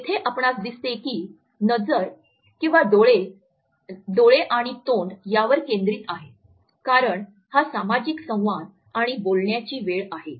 येथे आपणास दिसते की नजर डोळे आणि तोंड यावर केंद्रित आहे कारण हा सामाजिक संवाद आणि बोलण्याची वेळ आहे